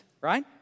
Right